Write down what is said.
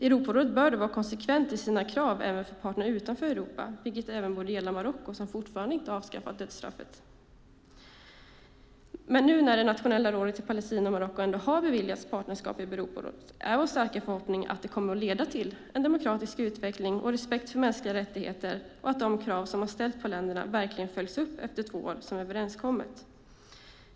Europarådet bör då vara konsekvent i sina krav även för partner utanför Europa, vilket också borde gälla Marocko, som fortfarande inte har avskaffat dödsstraffet. När det nationella rådet i Palestina och Marocko nu ändå har beviljats partnerskap i Europarådet är vår starka förhoppning att det kommer att leda till en demokratisk utveckling och respekt för mänskliga rättigheter och att de krav som har ställts på länderna verkligen följs upp efter två år som överenskommet.